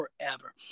forever